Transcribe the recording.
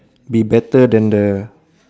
be better than the